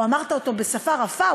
או אמרת אותו בשפה רפה,